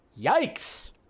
yikes